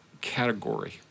category